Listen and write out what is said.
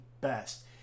best